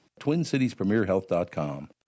TwinCitiesPremierHealth.com